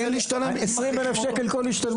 עשרים אלף שקל כל השתלמות.